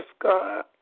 God